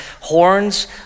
Horns